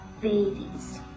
babies